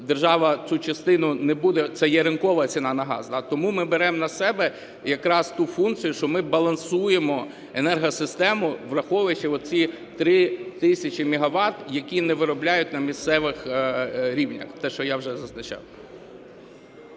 держава цю частину не буде, це є ринкова ціна на газ. Тому ми беремо на себе якраз ту функцію, що ми балансуємо енергосистему враховуючі ці 3 тисячі мегават, які не виробляють на місцевих рівнях, те, що я вже зазначав.